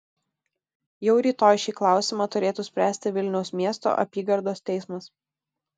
jau rytoj šį klausimą turėtų spręsti vilniaus miesto apygardos teismas